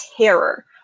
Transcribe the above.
terror